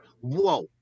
whoa